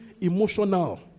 emotional